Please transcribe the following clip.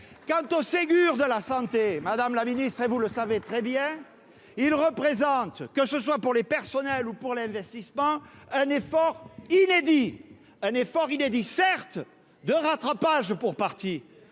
Quant au Ségur de la santé, madame la ministre, vous le savez très bien, il représente, pour les personnels comme pour l'investissement, un effort inédit. Il s'agit certes, pour partie,